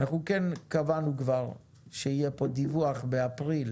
אנחנו כן קבענו כבר שיהיה פה דיווח באפריל